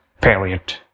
period